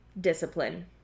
Discipline